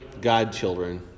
godchildren